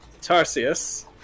Tarsius